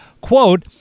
quote